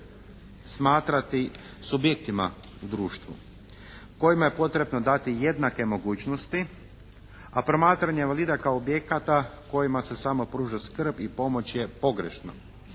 smatrati subjektima u društvu kojima je potrebno dati jednake mogućnosti, a promatranje invalida kao objekata kojima se samo pruža skrb i pomoć je pogrešno,